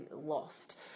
lost